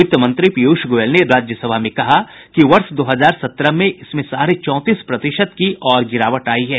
वित्त मंत्री पीयूष गोयल ने राज्यसभा में कहा कि वर्ष दो हजार सत्रह में इसमें साढ़े चौतीस प्रतिशत की और गिरावट आयी है